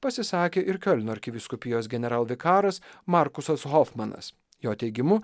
pasisakė ir kiolno arkivyskupijos generalvikaras markusas hofmanas jo teigimu